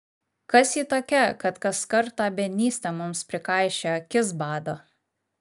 kas ji tokia kad kaskart tą biednystę mums prikaišioja akis bado